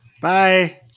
Bye